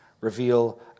reveal